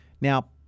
Now